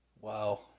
Wow